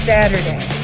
Saturday